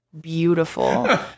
beautiful